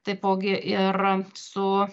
taipogi ir su